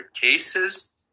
cases